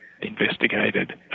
investigated